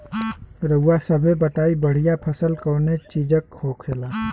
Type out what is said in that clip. रउआ सभे बताई बढ़ियां फसल कवने चीज़क होखेला?